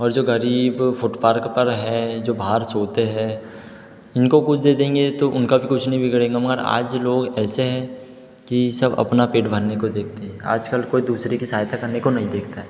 और जो गरीब फुटपार्क पर है जो बाहर सोते है इनको कुछ दे देंगे तो उनका भी कुछ नहीं बिगड़ेगा मगर आज लोग ऐसे हैं कि सब अपना पेट भरने को देखते हैं आजकल कोई दूसरे की सहायता करने को नहीं देखता है